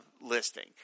listing